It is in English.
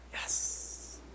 Yes